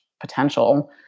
Potential